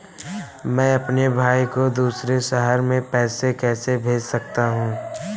मैं अपने भाई को दूसरे शहर से पैसे कैसे भेज सकता हूँ?